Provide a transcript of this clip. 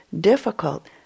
difficult